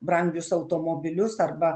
brangius automobilius arba